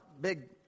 big